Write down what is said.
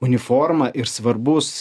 uniforma ir svarbus